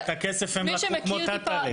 את הכסף הם לקחו כמו טעטלה.